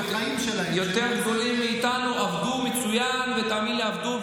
יותר גדולים מאיתנו, עבדו מצוין, ותמיד עבדו.